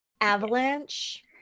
avalanche